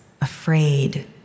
afraid